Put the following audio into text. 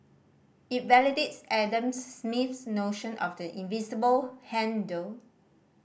it validates Adam Smith's notion of the invisible hand though